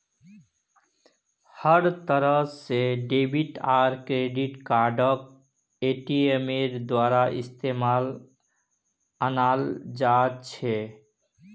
हर तरह से डेबिट आर क्रेडिट कार्डक एटीएमेर द्वारा इस्तेमालत अनाल जा छे